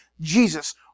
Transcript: Jesus